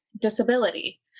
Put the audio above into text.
disability